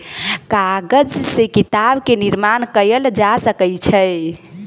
कागज से किताब के निर्माण कयल जा सकै छै